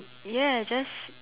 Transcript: ya just